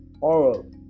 oral